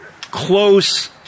close